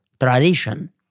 tradition